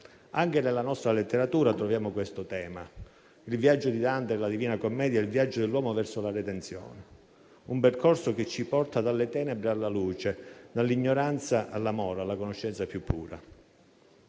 Anche nella nostra letteratura troviamo questo tema: il viaggio di Dante nella «Divina Commedia» è il viaggio dell'uomo verso la redenzione, un percorso che ci porta dalle tenebre alla luce, dall'ignoranza all'amore e alla conoscenza più pura.